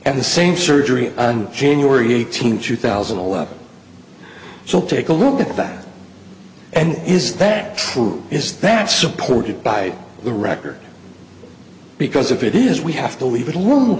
at the same surgery on january eighteenth two thousand and eleven so take a look at that and is that true is that supported by the record because if it is we have to leave it alone